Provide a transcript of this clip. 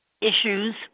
issues